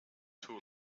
too